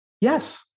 Yes